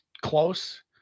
close